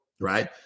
right